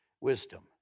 Wisdom